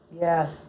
yes